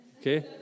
okay